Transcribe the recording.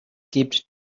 gibt